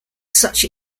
such